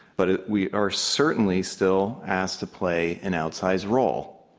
but we are certainly still asked to play an outsize role.